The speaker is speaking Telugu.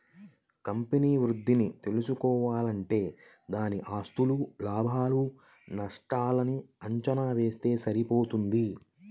కంపెనీ వృద్ధిని తెల్సుకోవాలంటే దాని ఆస్తులు, లాభాలు నష్టాల్ని అంచనా వేస్తె సరిపోతది